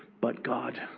but god.